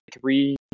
three